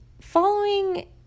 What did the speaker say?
Following